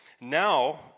Now